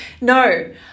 No